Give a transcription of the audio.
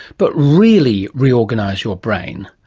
but really re-organise your brain,